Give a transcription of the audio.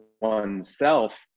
oneself